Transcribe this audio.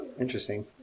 Interesting